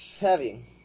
Heavy